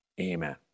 amen